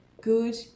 good